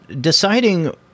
deciding